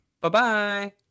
Bye-bye